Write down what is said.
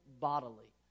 bodily